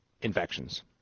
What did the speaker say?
infections